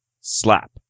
slap